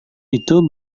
itu